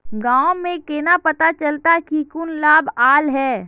गाँव में केना पता चलता की कुछ लाभ आल है?